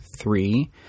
three